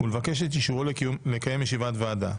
ולבקש את אישורו לקיים ישיבת ועדה.